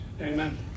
Amen